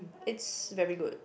it's very good